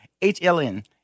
HLN